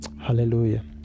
Hallelujah